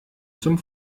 zum